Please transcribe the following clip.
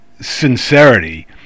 sincerity